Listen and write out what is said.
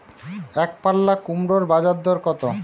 একপাল্লা কুমড়োর বাজার দর কত?